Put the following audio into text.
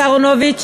השר אהרונוביץ,